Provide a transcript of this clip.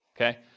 okay